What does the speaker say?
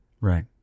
right